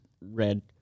red